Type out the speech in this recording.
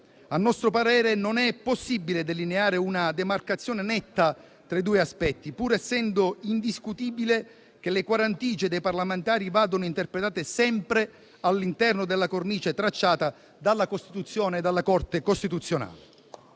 A nostro parere, non è possibile delineare una demarcazione netta tra i due aspetti, pur essendo indiscutibile che le guarentigie dei parlamentari vadano interpretate sempre all'interno della cornice tracciata dalla Costituzione e dalla Corte costituzionale.